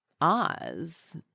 Oz